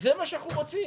זה מה שאנחנו רוצים.